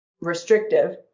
restrictive